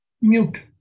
mute